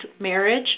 marriage